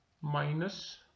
minus